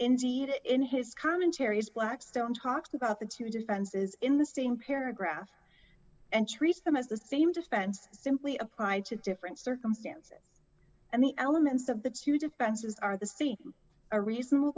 indeed in his commentaries blackstone talks about the two defenses in the same paragraph and treats them as the same dispense simply applied to different circumstances and the elements of the two defenses are the same a reasonable